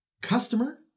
Customer